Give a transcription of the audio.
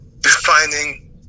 defining